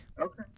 Okay